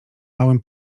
małym